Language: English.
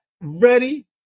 ready